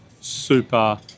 super